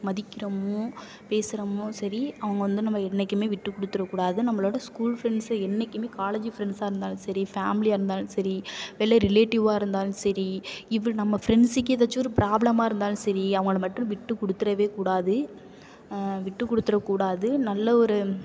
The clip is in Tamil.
மதிக்கிறோமோ பேசுகிறமோ சரி அவங்க வந்து நம்ம என்னைக்குமே விட்டு கொடுத்துற கூடாது நம்மளோட ஸ்கூல் ஃப்ரெண்ட்ஸை என்றைக்குமே காலேஜ் ஃப்ரெண்ட்ஸாக இருந்தாலும் சரி ஃபேம்லியாக இருந்தாலும் சரி வெளில ரிலேட்டிவாக இருந்தாலும் சரி இவ நம்ம ஃப்ரெண்ட்ஸுக்கு எதாச்சும் ஒரு ப்ராப்ளமாக இருந்தாலும் சரி அவங்களை மட்டும் விட்டுக்கொடுத்துறவே கூடாது விட்டுக்கொடுத்துற கூடாது நல்ல ஒரு